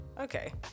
Okay